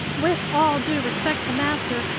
with all due respect to master,